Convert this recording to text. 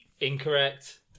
Incorrect